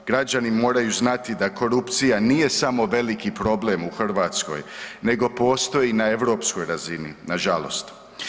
Građani moraju znati da korupcija nije samo veliki problem u Hrvatskoj, nego postoji na europskoj razini nažalost.